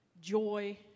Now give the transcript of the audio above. joy